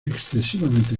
excesivamente